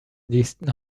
nächsten